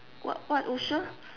what what